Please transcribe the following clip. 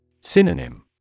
Synonym